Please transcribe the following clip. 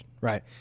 right